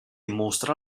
mostra